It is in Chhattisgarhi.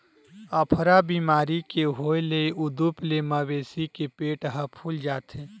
अफरा बेमारी के होए ले उदूप ले मवेशी के पेट ह फूल जाथे